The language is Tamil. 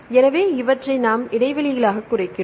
எனவே இவற்றை நாம் இடைவெளியாக குறிக்கிறோம்